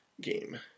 game